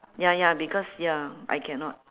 ya ya because ya I cannot